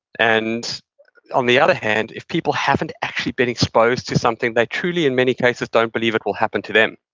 and on the other hand, if people haven't actually been exposed to something, they truly in many cases don't believe it will happen to them.